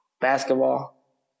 Basketball